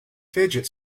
fidget